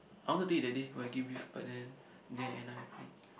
I wanted to eat that day wagyu beef but then didn't end up happening